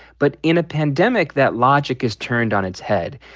but in a pandemic, that logic is turned on its head.